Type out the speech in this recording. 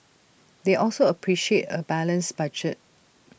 they also appreciate A balanced budget